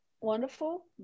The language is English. wonderful